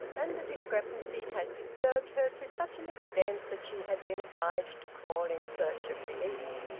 and the discrepancy had disturbed her to such an extent that she had been obliged to call in search of relief.